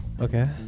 Okay